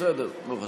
בסדר, לא חשוב.